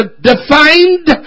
defined